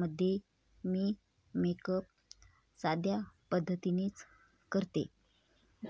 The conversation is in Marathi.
मध्ये मी मेकअप साध्या पद्धतीनेच करते